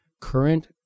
current